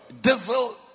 diesel